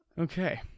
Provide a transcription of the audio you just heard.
okay